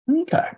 okay